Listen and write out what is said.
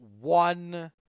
one